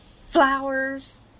flowers